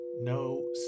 no